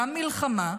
גם מלחמה,